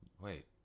Wait